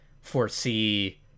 foresee